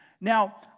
Now